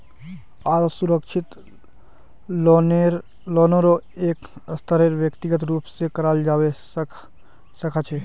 असुरक्षित लोनेरो एक स्तरेर व्यक्तिगत रूप स कराल जबा सखा छ